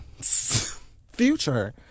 Future